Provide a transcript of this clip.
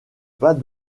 pas